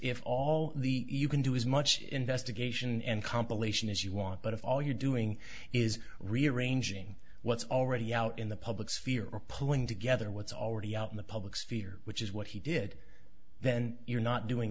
if all the you can do is much investigation and compilation as you want but if all you're doing is rearranging what's already out in the public sphere or pulling together what's already out in the public sphere which is what he did then you're not doing